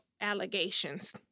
allegations